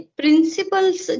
principles